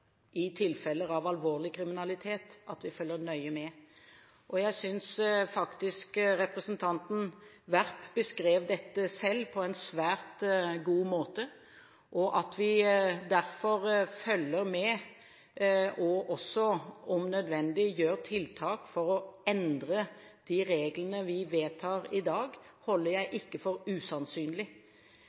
i tilfeller av alvorlig kriminalitet, at vi følger nøye med. Jeg synes faktisk representanten Werp selv beskrev dette på en svært god måte, og at vi derfor følger med og også om nødvendig gjør tiltak for å endre de reglene vi vedtar i dag, holder jeg ikke for usannsynlig.